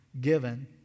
given